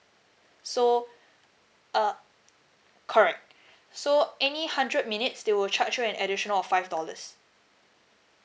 so err correct so any hundred minutes they will charge you an additional of five dollars